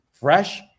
fresh